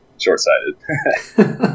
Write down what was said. short-sighted